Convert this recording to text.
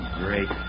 great